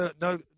no